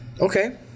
Okay